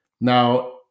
now